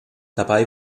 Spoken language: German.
dabei